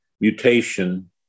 mutation